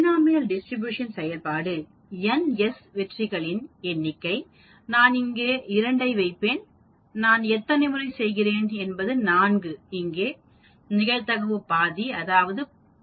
binomial distribution செயல்பாடு எண் s வெற்றிகளின் எண்ணிக்கை நான் இங்கே 2 ஐ வைப்பேன் நான் எத்தனை முறை செய்கிறேன் என்பது 4 இங்கே நிகழ்தகவு பாதி அதாவது நான் 0